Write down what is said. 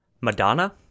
Madonna